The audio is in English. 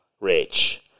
Rich